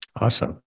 awesome